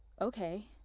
Okay